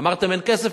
אמרתם שאין כסף?